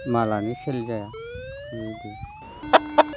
मालआनो sale जाया बेबायदि